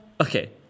Okay